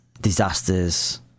disasters